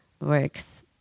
works